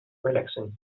relaxing